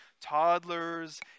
toddlers